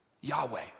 Yahweh